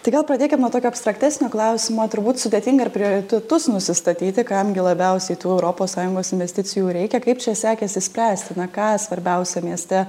tai gal pradėkim nuo tokio abstraktesnio klausimo turbūt sudėtinga ir prioritetus nusistatyti kam gi labiausiai tų europos sąjungos investicijų reikia kaip čia sekėsi spręsti na ką svarbiausia mieste